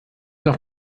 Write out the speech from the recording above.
noch